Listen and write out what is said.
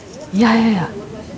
ya ya ya